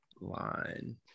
line